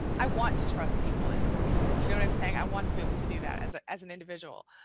i want to trust people in the world, you know what i'm saying, i want to be able to do that as ah as an individual,